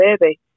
baby